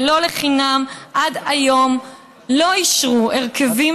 ולא לחינם עד היום לא אישרו הרכבים